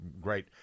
great